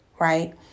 right